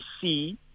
see